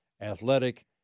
athletic